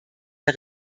der